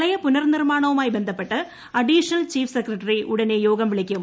പ്രളയ പുനർനിർമാണവുമായി ബന്ധപ്പെട്ട് അഡീഷണൽ ചീഫ് സെക്രട്ടറി ഉടനെ യോഗം വിളിക്കും